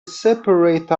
separate